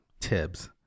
Tibs